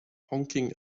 honking